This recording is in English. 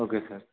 okay sir